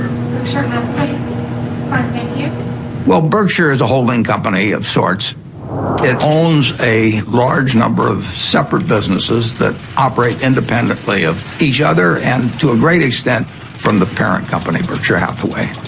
sort of well berkshire is a holding company of sorts it owns a large number of separate businesses that operate independently of each other and to a great extent from the parent company berkshire hathaway